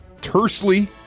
Tersely